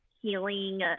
healing